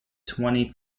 twenty